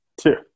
Two